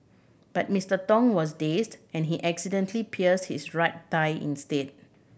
but Mister Tong was dazed and he accidentally pierced his right thigh instead